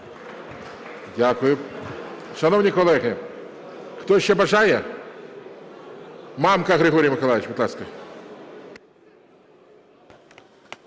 Дякую. Шановні колеги, хтось ще бажає? Мамка Григорій Миколайович, будь ласка.